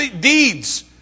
deeds